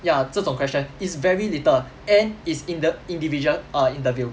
ya 这种 question it's very little and it's in the individual err interview